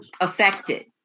affected